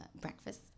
breakfast